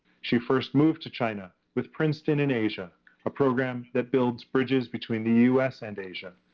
she first moved to china with princeton in asia a program that builds bridges between the us and asia.